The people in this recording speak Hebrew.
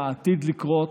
מה עתיד לקרות,